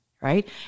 Right